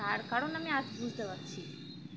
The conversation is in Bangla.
তার কারণ আমি আজ বুঝতে পারছি